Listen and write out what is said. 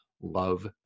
Love